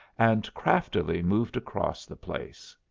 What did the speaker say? and craftily moved across the place.